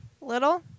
Little